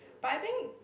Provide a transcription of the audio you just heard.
but I think